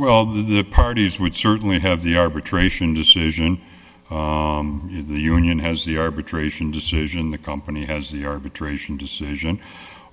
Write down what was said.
well the parties would certainly have the arbitration decision the union has the arbitration decision the company has the arbitration decision